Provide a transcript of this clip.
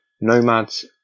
nomads